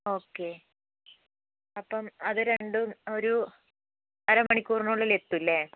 okay അപ്പോൾ അത് രണ്ടും ഒരു അര മണിക്കൂറിനുള്ളിൽ എത്തുംലേ